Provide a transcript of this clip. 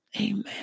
Amen